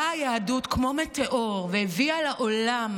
באה היהדות כמו מטאור והביאה לעולם